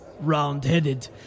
Round-headed